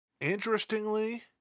Interestingly